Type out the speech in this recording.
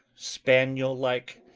spaniel-like,